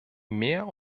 mehr